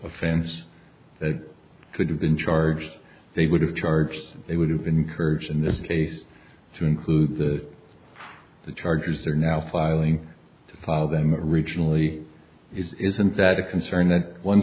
offense that could have been charged they would have charged they would have encouraged in this case to include the the chargers are now filing to file them originally isn't that a concern that one